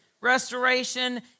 Restoration